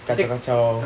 kacau-kacau